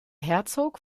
herzog